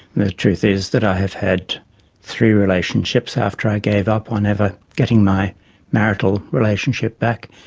the truth is that i have had three relationships after i gave up on ever getting my marital relationship back,